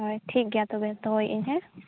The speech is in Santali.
ᱦᱳᱭ ᱴᱷᱤᱠ ᱜᱮᱭᱟ ᱛᱚᱵᱮ ᱫᱚᱦᱚᱭᱮᱫ ᱟᱹᱧ ᱦᱮᱸ